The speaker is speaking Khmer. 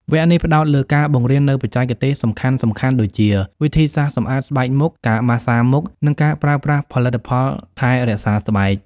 វគ្គនេះផ្តោតលើការបង្រៀននូវបច្ចេកទេសសំខាន់ៗដូចជា វិធីសាស្ត្រសម្អាតស្បែកមុខ ការម៉ាស្សាមុខ និងការប្រើប្រាស់ផលិតផលថែរក្សាស្បែក។